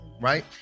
Right